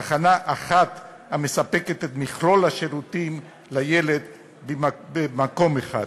תחנה אחת המספקת את מכלול השירותים לילד במקום אחד.